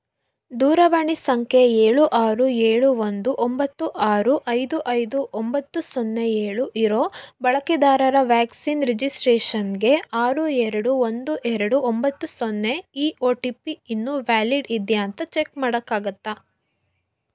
ದೂರವಾಣಿ ಸಂಖ್ಯೆ ಏಳು ಆರು ಏಳು ಒಂದು ಒಂಬತ್ತು ಆರು ಐದು ಐದು ಒಂಬತ್ತು ಸೊನ್ನೆ ಏಳು ಇರೋ ಬಳಕೆದಾರರ ವ್ಯಾಕ್ಸಿನ್ ರಿಜಿಸ್ಟ್ರೇಷನ್ಗೆ ಆರು ಎರಡು ಒಂದು ಎರಡು ಒಂಬತ್ತು ಸೊನ್ನೆ ಈ ಒ ಟಿ ಪಿ ಇನ್ನೂ ವ್ಯಾಲಿಡ್ ಇದೆಯಾ ಅಂತ ಚೆಕ್ ಮಾಡೋಕ್ಕಾಗತ್ತಾ